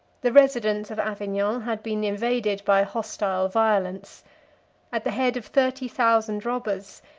the residents of avignon had been invaded by hostile violence at the head of thirty thousand robbers,